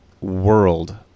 world